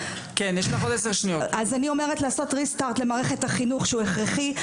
אומרת לעשות ריסטרט למערכת החינוך שהוא הכרחי.